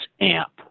AMP